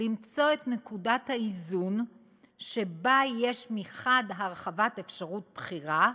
למצוא את נקודת האיזון שבה יש מחד גיסא הרחבת אפשרות הבחירה,